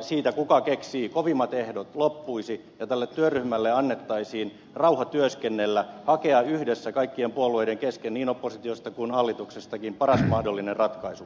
siitä kuka keksii kovimmat ehdot loppuisi ja tälle työryhmälle annettaisiin rauha työskennellä hakea yhdessä kaikkien puolueiden kesken niin oppositiosta kuin hallituksestakin paras mahdollinen ratkaisu